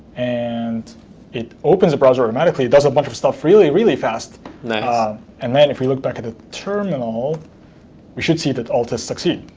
and it opens a browser automatically. it does a bunch of stuff really really ah and then if we look back at the terminal we should see that all has succeed,